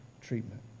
treatment